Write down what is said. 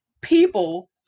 people